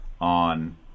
on